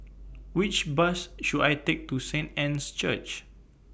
Which Bus should I Take to Saint Anne's Church